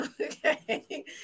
okay